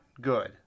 good